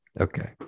okay